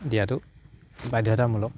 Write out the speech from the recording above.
দিয়াতো বাধ্যতামূলক